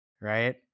Right